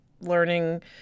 learning